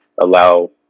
allow